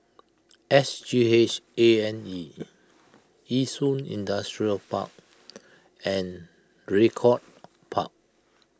S G H A and E Yishun Industrial Park and Draycott Park